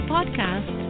Podcast